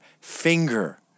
finger